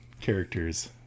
characters